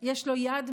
יש לו יד,